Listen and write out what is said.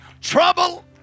trouble